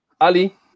Ali